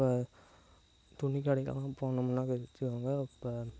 இப்போ துணி கடைக்கெல்லாம் போனோம்னாக்கா வச்சுக்கோங்க இப்போ